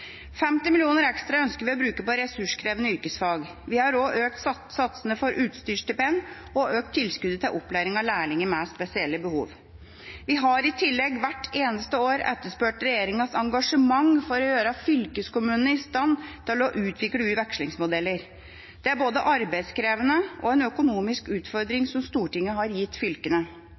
50 mill. kr ekstra ønsker vi å bruke på ressurskrevende yrkesfag. Vi har også økt satsene for utstyrsstipend og tilskuddet til opplæring av lærlinger med spesielle behov. Vi har i tillegg hvert eneste år etterspurt regjeringas engasjement for å gjøre fylkeskommunene i stand til å utvikle vekslingsmodeller. Det er en både arbeidskrevende og økonomisk utfordring som Stortinget har gitt fylkene.